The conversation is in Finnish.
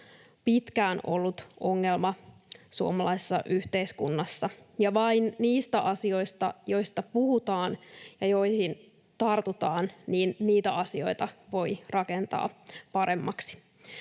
pitkään ollut ongelma suomalaisessa yhteiskunnassa, ja vain niitä asioita, joista puhutaan ja joihin tartutaan, voi rakentaa paremmaksi.